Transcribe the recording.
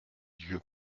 dieu